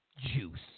juice